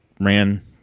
ran